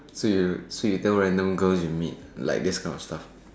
so you tell girls you meet this kind of stuff ah